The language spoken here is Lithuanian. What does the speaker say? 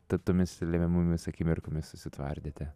tad tomis lemiamomis akimirkomis susitvardėte